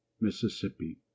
Mississippi